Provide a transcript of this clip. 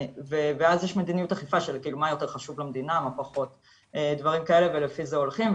ואז יש מדיניות אכיפה של מה יותר חשוב למדינה ומה פחות ולפי זה הולכים,